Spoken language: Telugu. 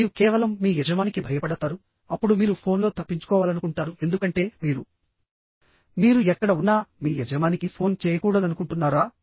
మీరు కేవలం మీ యజమానికి భయపడతారుఅప్పుడు మీరు ఫోన్లో తప్పించుకోవాలనుకుంటారు ఎందుకంటే మీరు మీరు ఎక్కడ ఉన్నా మీ యజమానికి ఫోన్ చేయకూడదనుకుంటున్నారా